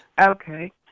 okay